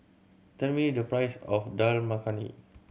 tell me the price of Dal Makhani